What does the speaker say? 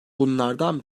bunlardan